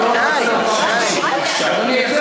אני קורא אותך לסדר פעם שלישית.